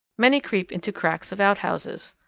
many creep into cracks of outhouses.